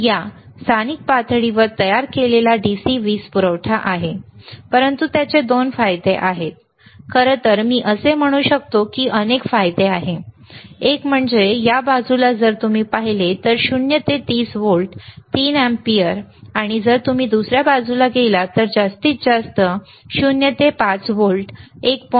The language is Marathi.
हा स्थानिक पातळीवर तयार केलेला DC वीज पुरवठा आहे परंतु त्याचे 2 फायदे आहेत खरं तर मी असे म्हणू शकतो की अनेक फायदे आहेत एक म्हणजे या बाजूला जर तुम्ही पाहिले तर 0 ते 30 व्होल्ट 3 अँपिअर आणि जर तुम्ही दुसऱ्या बाजूला गेलात तर जास्तीत जास्त 0 ते 5 व्होल्ट 1